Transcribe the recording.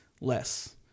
less